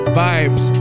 vibes